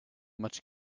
much